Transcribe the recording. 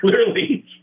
Clearly